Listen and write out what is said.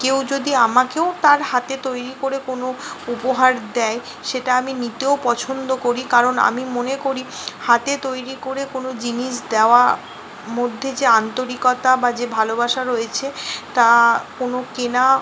কেউ যদি আমাকেও তার হাতে তৈরি করে কোনো উপহার দেয় সেটা আমি নিতেও পছন্দ করি কারণ আমি মনে করি হাতে তৈরি করে কোনো জিনিস দেওয়া মধ্যে আন্তরিকতা বা যে ভালোবাসা রয়েছে তা কোনো কেনা